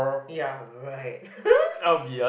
ya right